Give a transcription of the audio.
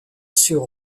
sur